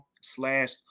slash